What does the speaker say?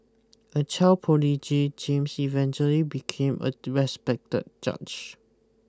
a child prodigy James eventually became a respected judge